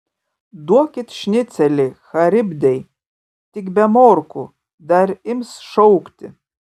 duokit šnicelį charibdei tik be morkų dar ims šaukti